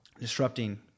disrupting